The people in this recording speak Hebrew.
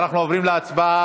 אנחנו עוברים להצבעה.